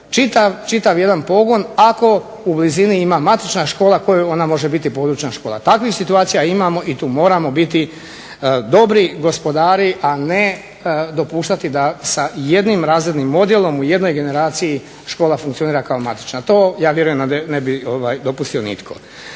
čitav jedan pogon ako u blizini ima matična škola kojoj ona može biti područna škola. Takvih situacija imamo i tu moramo biti dobri gospodari, a ne dopuštati da sa jednim razrednim odjelom u jednoj generaciji škola funkcionira kao matična. Ja vjerujem da to ne bi nitko